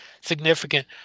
significant